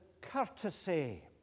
courtesy